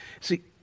see